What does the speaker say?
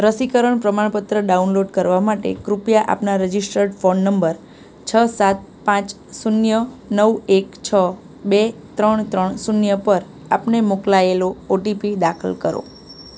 રસીકરણ પ્રમાણપત્ર ડાઉનલોડ કરવા માટે કૃપયા આપના રજિસ્ટર્ડ ફોન નંબર છ સાત પાંચ શૂન્ય નવ એક છ બે ત્રણ ત્રણ શૂન્ય પર આપને મોકલાયેલો ઓટીપી દાખલ કરો